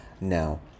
Now